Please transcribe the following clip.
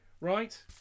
right